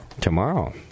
Tomorrow